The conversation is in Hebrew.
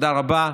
תודה רבה.